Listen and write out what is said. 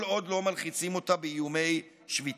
כל עוד לא מלחיצים אותה באיומי שביתה.